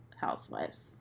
Housewives